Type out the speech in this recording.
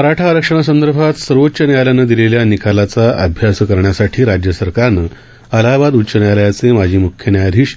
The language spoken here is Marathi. मरा ा आरक्षणासंदर्भात सर्वोच्च न्यायालयानं दिलेल्या निकालाचा अभ्यास करण्यासा ी राज्य सरकारनं अलाहाबाद उच्च न्यायालयाचे माजी म्ख्य न्यायाधीश